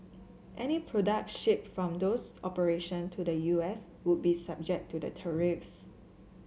any products shipped from those operation to the U S would be subject to the tariffs